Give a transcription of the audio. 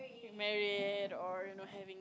married or you know having